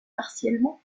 partiellement